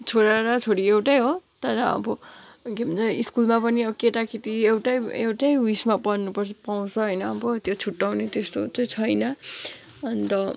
छोरा र छोरी एउटै हो तर अब के भन्छ स्कुलमा पनि अब केटा केटी एउटै एउटै उयेसमा पढ्नु पर्छ पाउँछ होइन अब त्यो छुट्ट्याउने त्यस्तो चाहिँ छैन अन्त